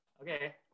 Okay